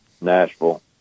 Nashville